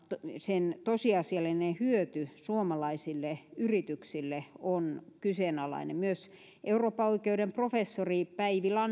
sen tosiasiallinen hyöty suomalaisille yrityksille on kyseenalainen myös eurooppaoikeuden professori päivi